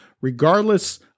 regardless